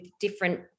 different